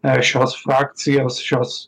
šios fakcijos šios